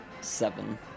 seven